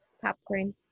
popcorn